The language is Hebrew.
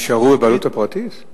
הם יישארו בבעלות פרטית?